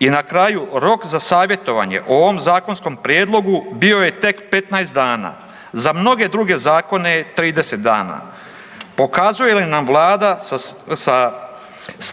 I na kraju rok za savjetovanje o ovom zakonskom prijedlogu bio je tek 15 dana. Za mnoge druge zakone je 30 dana. Pokazuje li nam Vlada sa